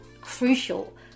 crucial